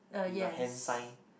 uh yes